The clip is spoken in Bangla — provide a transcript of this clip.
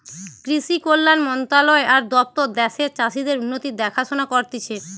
কৃষি কল্যাণ মন্ত্রণালয় আর দপ্তর দ্যাশের চাষীদের উন্নতির দেখাশোনা করতিছে